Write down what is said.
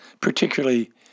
particularly